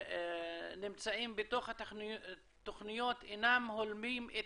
שנמצאים בתוך התוכניות אינם הולמים את